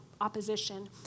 opposition